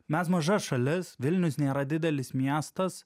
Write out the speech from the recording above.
mes maža šalis vilnius nėra didelis miestas